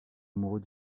amoureux